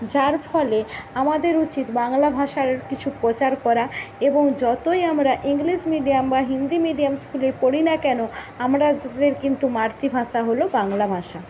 যার ফলে আমাদের উচিত বাংলা ভাষার কিছু প্রচার করা এবং যতই আমরা ইংলিশ মিডিয়াম বা হিন্দি মিডিয়াম স্কুলে পড়ি না কেন আমরা দের কিন্তু মাতৃভাষা হল বাংলা ভাষা